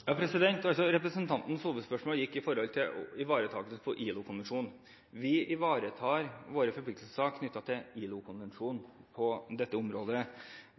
Representantens hovedspørsmål gikk på ivaretakelse av ILO-konvensjonen. Vi ivaretar våre forpliktelser knyttet til ILO-konvensjonen på dette området.